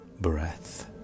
breath